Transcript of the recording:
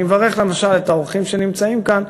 אני מברך למשל את האורחים שנמצאים כאן,